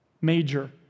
Major